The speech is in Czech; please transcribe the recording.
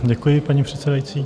Děkuji, paní předsedající.